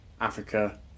Africa